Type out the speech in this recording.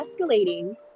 escalating